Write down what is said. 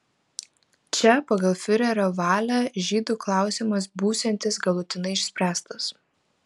čia pagal fiurerio valią žydų klausimas būsiantis galutinai išspręstas